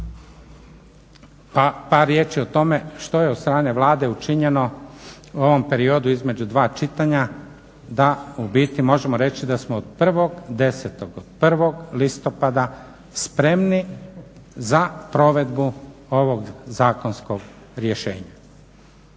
Par riječi o tome što je od strane Vlade učinjeno u ovom periodu između dva čitanja da u biti možemo reći da smo od 1.10., od 1. listopada spremni za provedbu ovog zakonskog rješenja.